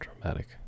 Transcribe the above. dramatic